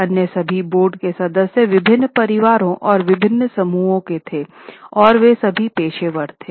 अन्य सभी बोर्ड के सदस्य विभिन्न परिवारों और विभिन्न समूहों से थे और वे सभी पेशेवर थे